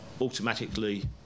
automatically